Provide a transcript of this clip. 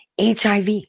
HIV